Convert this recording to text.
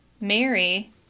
Mary